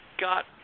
got